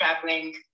traveling